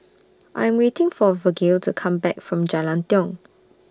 I'm waiting For Vergil to Come Back from Jalan Tiong